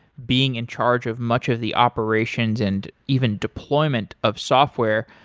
being in charge of much of the operations and even deployment of software.